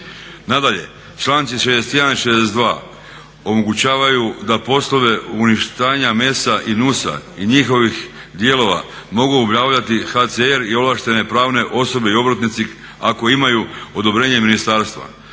Nadalje, članci 61. i 62. omogućavaju da poslove uništenja mesa i nusa i njihovih dijelova mogu obavljati HCR i ovlaštene pravne osobe i obrtnici ako imaju odobrenje ministarstva.